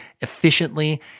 efficiently